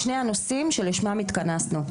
חשוב שנתמקד בשני הנושאים שלשמם התכנסנו.